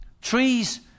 trees